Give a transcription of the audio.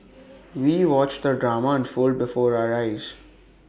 we watched the drama unfold before our eyes